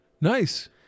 nice